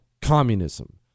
communism